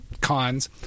cons